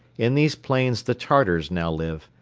in these plains the tartars now live.